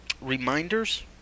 reminders